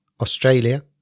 Australia